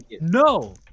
no